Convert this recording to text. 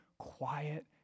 quiet